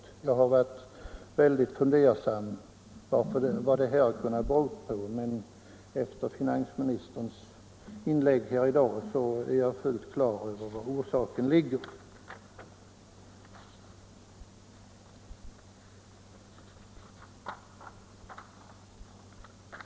Jag har varit väldigt fundersam vad detta kan bero på, men efter finansministerns inlägg i dag är jag fullt på det klara med var orsaken ligger.